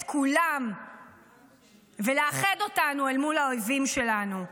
כולם ולאחד אותנו אל מול האויבים שלנו.